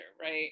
right